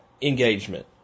engagement